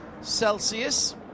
celsius